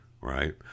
right